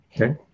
Okay